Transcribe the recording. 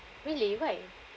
really why